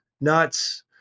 nuts